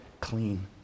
clean